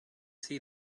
see